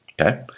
okay